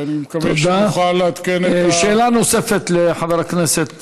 ואני מקווה שנוכל לעדכן את, שאלה נוספת לחבר הכנסת